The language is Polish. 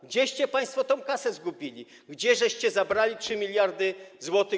Gdzieście państwo tę kasę zgubili, gdzieście zabrali 3 mld zł?